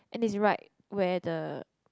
and it's right where the